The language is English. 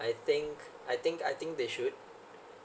I think I think I think they should